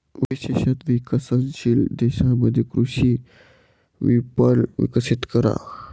विशेषत विकसनशील देशांमध्ये कृषी विपणन विकसित करा